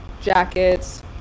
jackets